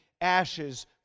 ashes